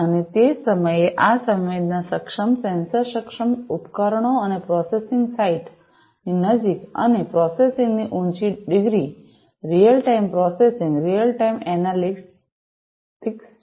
અને તે જ સમયે આ સંવેદના સક્ષમ સેન્સર સક્ષમ ઉપકરણો અને પ્રોસેસીંગ સાઇટની નજીક અને પ્રોસેસિંગ ની ઉચ્ચ degree real time processing real time analytics છે